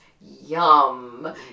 yum